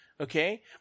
Okay